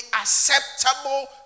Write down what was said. acceptable